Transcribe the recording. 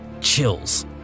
chills